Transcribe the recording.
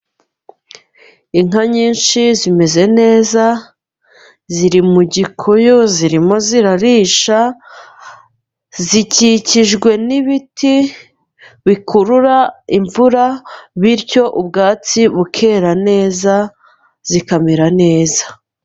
Inka nyinshi, zimeze neza, ziri mu gikuyu, zirimo zirarisha, zikikijwe n'ibiti bikurura imvura, bityo ubwatsi bukera neza, zikamera neza.